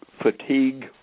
fatigue